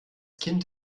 kind